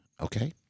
okay